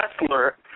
wrestler